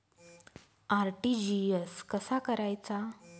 RTGS कसा करायचा?